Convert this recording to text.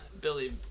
Billy